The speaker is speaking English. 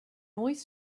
noise